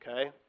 okay